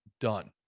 done